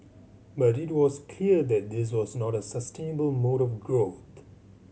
but it was clear that this was not a sustainable mode of growth